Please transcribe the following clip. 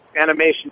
animation